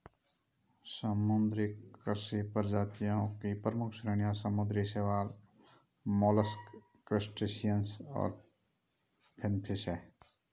समुद्री कृषि प्रजातियों की प्रमुख श्रेणियां समुद्री शैवाल, मोलस्क, क्रस्टेशियंस और फिनफिश हैं